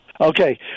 Okay